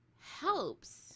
helps